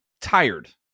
tired